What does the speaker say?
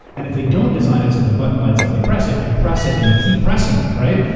and if they don't design it so the button lights up when you press it you press it and you keep pressing it, right?